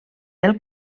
del